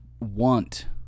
want